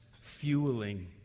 fueling